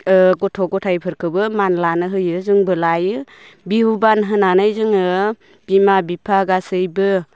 ओ गथ' गथाइफोरखोबो मान लानो होयो जोंबो लायो बिहु बान होनानै जोङो बिमा बिफा गासैबो